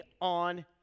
on